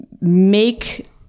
make